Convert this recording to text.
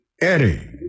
Eddie